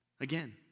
Again